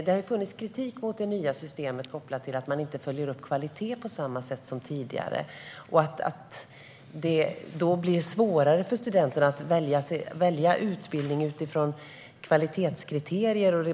Det har ju kommit kritik mot det nya systemet, som går ut på att man inte följer upp utbildningarnas kvalitet på samma sätt som tidigare och att det då blir svårare för studenterna att välja utbildning utifrån kvalitetskriterier.